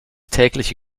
tägliche